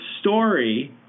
story